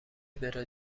بره